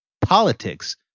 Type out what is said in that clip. politics